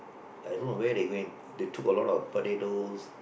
I don't know when they going they took a lot of potatoes